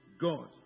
God